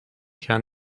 can